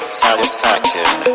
satisfaction